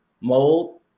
mold